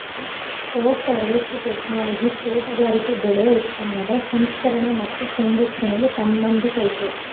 post harvest technology ತೋಟಗಾರಿಕೆ ಬೆಳೆ ಉತ್ಪನ್ನದ ಸಂಸ್ಕರಣೆ ಮತ್ತು ಸಂರಕ್ಷಣೆಗೆ ಸಂಬಂಧಿಸಯ್ತೆ